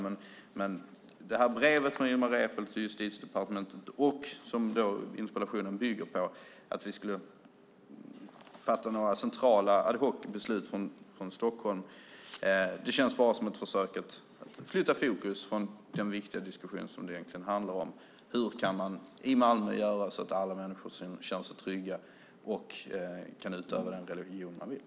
Men det här brevet från Ilmar Reepalu till Justitiedepartementet och det som interpellationen bygger på, att vi skulle fatta centrala ad hoc-beslut från Stockholm, känns bara som försök att flytta fokus från den viktiga diskussion det egentligen handlar om: Hur kan man i Malmö göra så att alla människor känner sig trygga och kan utöva den religion de vill?